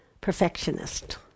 perfectionist